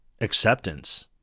acceptance